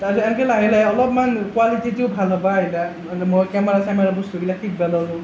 তাৰ পাছত এনেকৈ লাহে লাহে অলপমান কোৱালিটিতো ভাল হ'ব আহিলাক মই কেমেৰা চেমেৰা বস্তুবিলাক শিকিব নোৱাৰোঁ